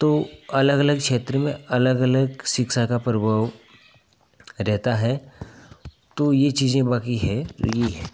तो अलग अलग क्षेत्र में अलग अलग शिक्षा का परभाव रहता है तो ये चीज़ें बाक़ी है और यही है